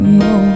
no